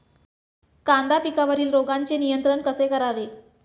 कांदा पिकावरील रोगांचे नियंत्रण कसे करावे?